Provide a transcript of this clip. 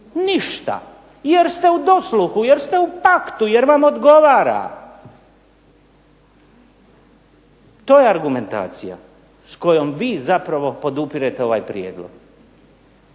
Ništa jer ste u dosluhu, jer ste u paktu, jer vam odgovara. To je argumentacija s kojom vi zapravo podupirete ovaj prijedlog.